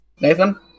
Nathan